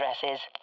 dresses